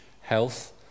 health